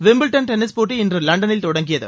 Wimbledon tennis போட்டி இன்று லண்டனில் தொடங்கியது